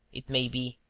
it may be.